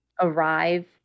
arrive